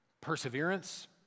perseverance